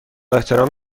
احترام